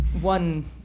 one